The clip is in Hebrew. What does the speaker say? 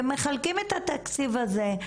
ומחלקים את התקציב הזה,